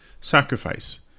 Sacrifice